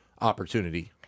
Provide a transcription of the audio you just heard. opportunity